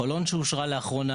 חולון שאושרה לאחרונה,